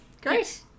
Great